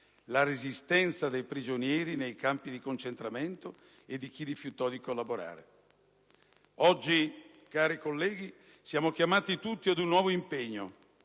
la resistenza dei prigionieri nei campi di concentramento e di chi rifiutò di collaborare. Oggi, cari colleghi, siamo chiamati tutti ad un nuovo impegno: